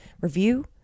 review